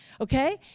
okay